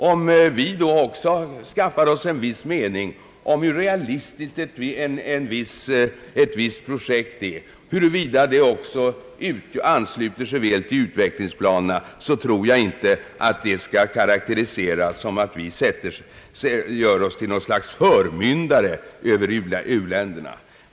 Om även vi då bildar oss en egen mening om hur realistiskt ett visst projekt är och huruvida det ansluter sig väl till utvecklingsplanerna så anser jag inte att detta skall karaktäriseras så att vi gör oss till något slags förmyndare över u-länderna.